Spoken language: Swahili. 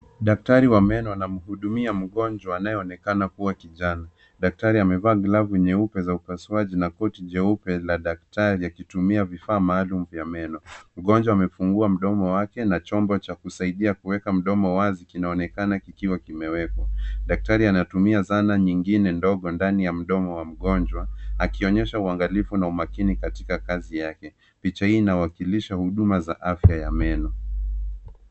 Daktari wa meno anamhudumia mgonjwa anayeonekana kuwa kijana. Daktari amevaa glavu nyeupe za upasuaji na koti jeupe la daktari akitumia vifaa maalumu vya meno. Mgonjwa amefungua mdomo wake na chombo cha kusaidia kuweka mdomo wazi kinaonekana kikiwa kimewekwa. Daktari anatumia zana nyingine ndogo ndani ya mdomo wa mgonjwa akionyesha uangalifu na umakini katika kazi yake. Picha hii inawakilisha huduma za afya ya meno.